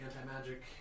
anti-magic